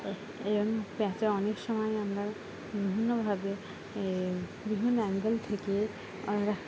এবং প্যাঁচা অনেক সময় আমরা বিভিন্নভাবে বিভিন্ন অ্যাঙ্গেল থেকে আমরা